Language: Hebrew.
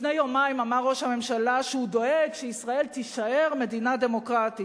לפני יומיים אמר ראש הממשלה שהוא דואג שישראל תישאר מדינה דמוקרטית.